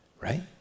right